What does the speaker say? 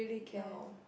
now